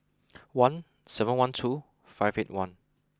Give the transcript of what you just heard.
one seven one two five eight one